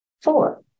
Four